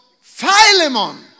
Philemon